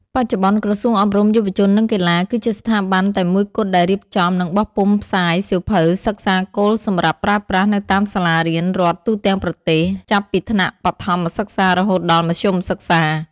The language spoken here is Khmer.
បច្ចុប្បន្ន ក្រសួងអប់រំ យុវជន និងកីឡា គឺជាស្ថាប័នតែមួយគត់ដែលរៀបចំ និងបោះពុម្ពផ្សាយសៀវភៅសិក្សាគោលសម្រាប់ប្រើប្រាស់នៅតាមសាលារៀនរដ្ឋទូទាំងប្រទេស ចាប់ពីថ្នាក់បឋមសិក្សារហូតដល់មធ្យមសិក្សា។